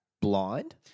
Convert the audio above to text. blind